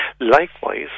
Likewise